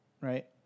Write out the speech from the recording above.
Right